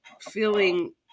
feeling